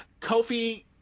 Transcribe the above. Kofi